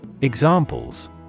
Examples